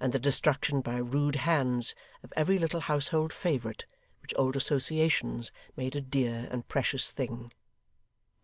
and the destruction by rude hands of every little household favourite which old associations made a dear and precious thing